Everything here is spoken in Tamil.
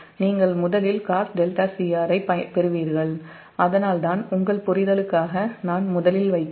நீங்கள் முதலில் cos δcr ஐப் பெறுவீர்கள் அதனால்தான் உங்கள் புரிதலுக்காக நான் முதலில் வைக்கிறேன் δ1 δm